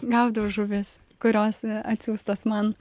gaudau žuvis kurios atsiųstos man